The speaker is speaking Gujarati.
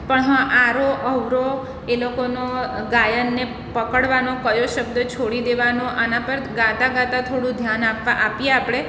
પણ હા આરોહ અવરોહ એ લોકોનો ગાયનને પકડવાનો કયો શબ્દ છોડી દેવાનો આના પર ગાતા ગાતા થોડું ધ્યાન આપવા આપીએ આપણે